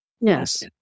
Yes